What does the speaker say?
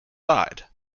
side